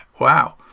wow